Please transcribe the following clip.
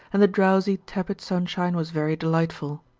and the drowsy, tepid sunshine was very delightful.